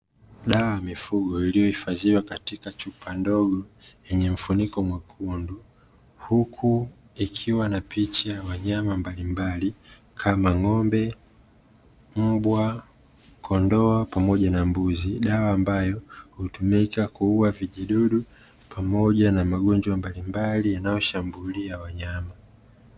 Dawa ya mifugo iliyohifadhiwa katika chupa ndogo yenye mfuniko mwekundu, huku ikiwa na picha ya wanyama mbalimbali, kama: ngómbe, mbwa, kondoo, pamoja na mbuzi, dawa ambayo hutumika kuua vijidudu pamoja na magonjwa mbalimbali yanayoshambulia wanyama.